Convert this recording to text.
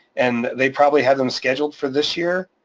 and they probably have them scheduled for this year,